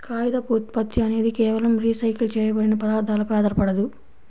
కాగితపు ఉత్పత్తి అనేది కేవలం రీసైకిల్ చేయబడిన పదార్థాలపై ఆధారపడదు